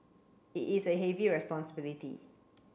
it is a heavy responsibility